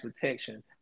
protection